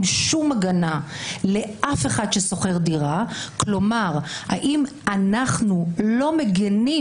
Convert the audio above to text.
שום הגנה לאף אחד ששוכר דירה; כלומר האם אנחנו לא מגנים